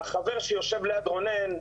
החבר שיושב ליד רונן,